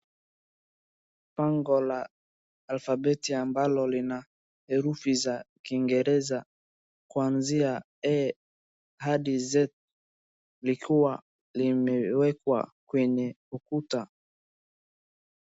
Bango la alfabeti ambalo lina herufi za kiingereza kuanzia A hadi Z likuwa limewekwa kwenye ukuta.